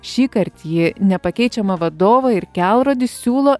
šįkart ji nepakeičiamą vadovą ir kelrodį siūlo